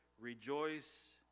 rejoice